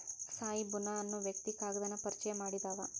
ತ್ಸಾಯಿ ಬುನಾ ಅನ್ನು ವ್ಯಕ್ತಿ ಕಾಗದಾನ ಪರಿಚಯಾ ಮಾಡಿದಾವ